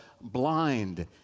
blind